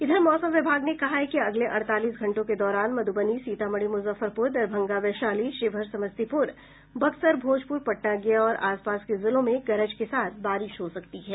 इधर मौसम विभाग ने कहा है कि अगले अड़तालीस घंटों के दौरान मध्बनी सीतामढ़ी मुजफ्फरपुर दरभंगा वैशाली शिवहर समस्तीपुर बक्सर भोजपुर पटना गया और आसपास के जिलों में गरज के साथ बारिश हो सकती है